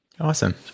Awesome